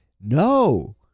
No